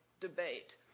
debate